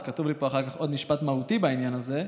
ועוד כתוב לי פה אחר כך עוד משפט מהותי בעניין הזה.